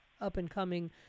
up-and-coming